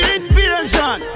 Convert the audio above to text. Invasion